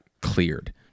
cleared